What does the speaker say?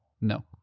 No